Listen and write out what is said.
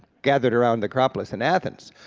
gathered around the acropolis in athens.